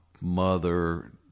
mother